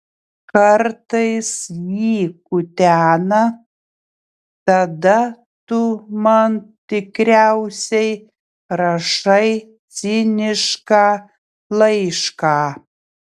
kartais jį kutena tada tu man tikriausiai rašai cinišką laišką